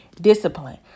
discipline